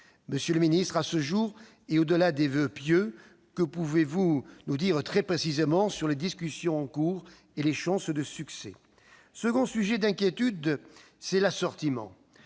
Monsieur le ministre, à ce jour, et au-delà des voeux pieux, que pouvez-vous nous dire très précisément sur les discussions en cours et leurs chances de succès ? Le second sujet d'inquiétude est l'assortiment.